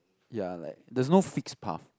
ya like there is no fixed path